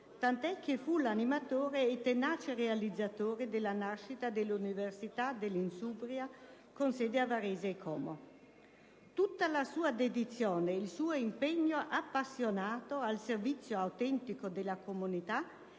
tant'è che fu l'animatore e tenace realizzatore della nascita dell'Università dell'Insubria con sede a Varese e Como. Tutta la sua dedizione ed il suo impegno appassionato al servizio autentico della comunità